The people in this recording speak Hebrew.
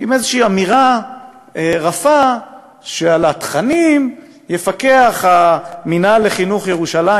עם איזושהי אמירה רפה שעל התכנים יפקח המינהל לחינוך ירושלים,